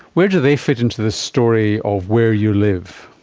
where do they fit into this story of where you live?